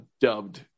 dubbed